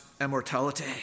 immortality